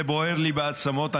זה בוער לי בעצמות.